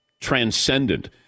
transcendent